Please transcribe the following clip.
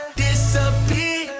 disappear